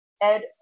Ed